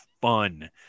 fun